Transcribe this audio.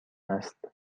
است